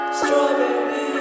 strawberry